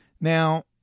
Now